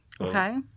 Okay